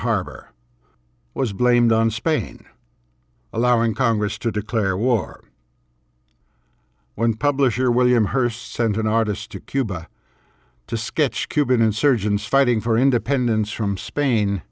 harbor was blamed on spain allowing congress to declare war when publisher william hurst sent an artist to cuba to sketch cuban insurgents fighting for independence from spain